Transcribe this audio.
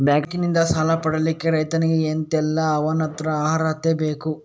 Bank ನಿಂದ ಸಾಲ ಪಡಿಲಿಕ್ಕೆ ರೈತನಿಗೆ ಎಂತ ಎಲ್ಲಾ ಅವನತ್ರ ಅರ್ಹತೆ ಬೇಕು?